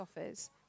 offers